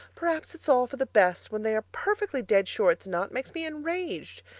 perhaps it's all for the best when they are perfectly dead sure it's not, makes me enraged.